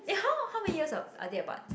eh how how many years are are they apart